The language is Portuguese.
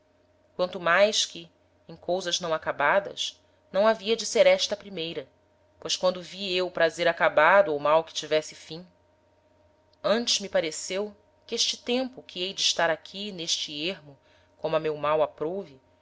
quanto mais que em cousas não acabadas não havia de ser esta a primeira pois quando vi eu prazer acabado ou mal que tivesse fim antes me pareceu que este tempo que hei de estar aqui n'este ermo como